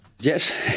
Yes